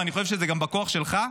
ואני חושב שזה גם בכוח שלך,